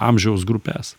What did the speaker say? amžiaus grupes